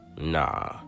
nah